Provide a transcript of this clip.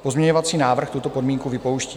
Pozměňovací návrh tuto podmínku vypouští.